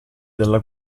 della